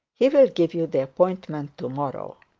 he'll give you the appointment to-morrow.